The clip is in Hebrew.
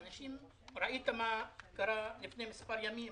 ראית מה קרה לפני מספר ימים?